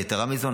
יתרה מזו,